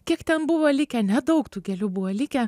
kiek ten buvo likę nedaug tų gėlių buvo likę